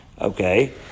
Okay